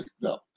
No